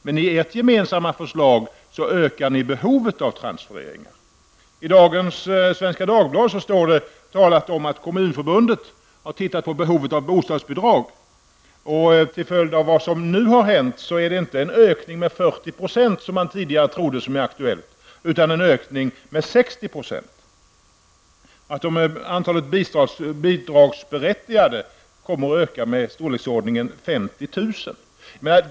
Men i ert gemensamma förslag ökar ni behovet av transfereringar. I dagens nummer av Svenska Dagbladet står det att Kommunförbundet har tittat på behovet av bostadsbidrag. Till följd av vad som nu har hänt är det inte aktuellt med en ökning med 40 %, som man tidigare trodde, utan en ökning med 60 %. Antalet bidragsberättigade kommer att öka med i storleksordningen 50 000.